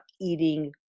eating